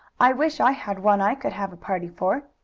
i wish i had one i could have a party for.